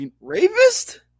Rapist